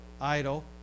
Idle